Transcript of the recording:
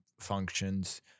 functions